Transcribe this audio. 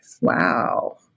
Wow